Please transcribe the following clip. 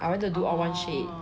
I wanted do all one shade